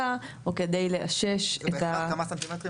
או כדי לאשש את --- זה בהכרח כמה סנטימטרים?